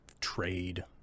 trade